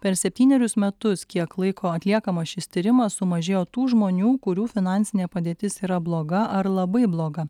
per septynerius metus kiek laiko atliekamas šis tyrimas sumažėjo tų žmonių kurių finansinė padėtis yra bloga ar labai bloga